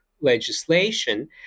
legislation